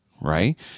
right